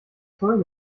folge